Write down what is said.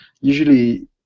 usually